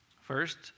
First